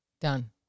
Done